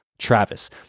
Travis